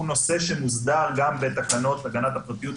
הוא נושא שמוסדר גם בתקנות הגנת הפרטיות,